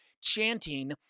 chanting